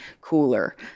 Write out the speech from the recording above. cooler